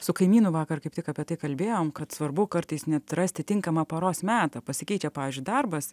su kaimynu vakar kaip tik apie tai kalbėjom kad svarbu kartais net rasti tinkamą paros metą pasikeičia pavyzdžiui darbas